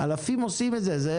אלפים עושים את זה.